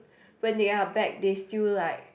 when they are back they still like